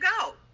go